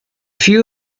few